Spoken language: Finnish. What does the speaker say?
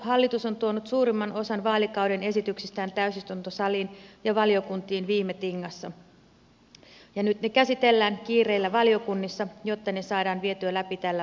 hallitus on tuonut suurimman osan vaalikauden esityksistään täysistuntosaliin ja valiokuntiin viime tingassa ja nyt ne käsitellään kiireellä valiokunnissa jotta ne saadaan vietyä läpi tällä vaalikaudella